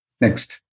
Next